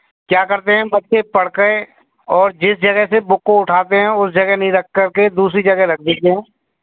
क्या करते हैं बच्चें पढ़ के और जिस जगह से बुक को उठाते हैं उस जगह नहीं रख करके दूसरी जगह रख देते हैं